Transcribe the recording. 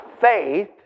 faith